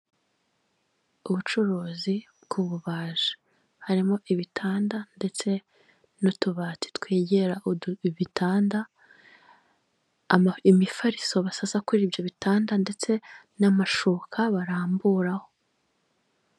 Ubucuruzi bw'ububaji harimo ibitanda ndetse n'utubati twegera Ibitanda imifariso basa kuri ibyo bitanda ndetse n'amashuka baramburaho.